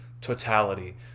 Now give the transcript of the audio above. totality